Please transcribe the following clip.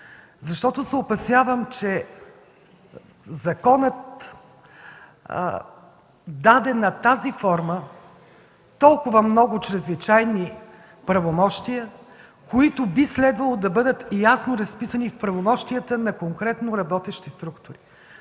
защото се опасявам, че законът даде на тази форма толкова много чрезвичайни правомощия, които би следвало да бъдат ясно разписани в правомощията на конкретно работещи структури.